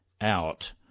out